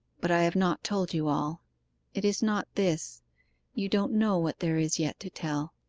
but i have not told you all it is not this you don't know what there is yet to tell.